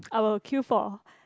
I will queue for